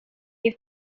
you